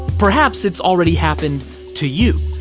perhaps it's already happened to you.